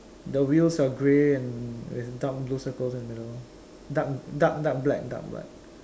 the wheels are the grey and with dark blue circles in the middle dark dark dark black dark black